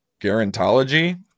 Garantology